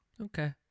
Okay